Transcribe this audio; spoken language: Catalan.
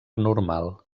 normal